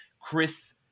Chris